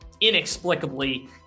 inexplicably